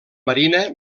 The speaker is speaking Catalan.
marina